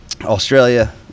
Australia